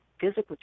physical